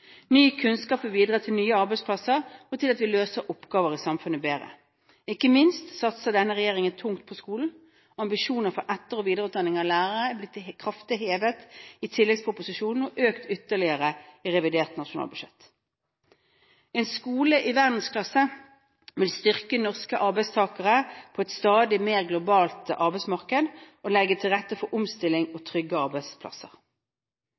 kunnskap vil bidra til nye arbeidsplasser og til at vi løser oppgaver i samfunnet bedre. Ikke minst satser denne regjeringen tungt på skolen. Ambisjonene for etter- og videreutdanning av lærere er blitt kraftig hevet i tilleggsproposisjonen og økt ytterligere i revidert nasjonalbudsjett. En skole i verdensklasse vil styrke norske arbeidstakere på et stadig mer globalt arbeidsmarked og legge til rette for omstilling og trygge arbeidsplasser.